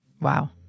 Wow